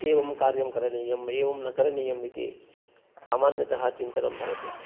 एवं कार्यं करणीयम् एवं न करणीयम् इति सामान्यतः चिन्तनं भवति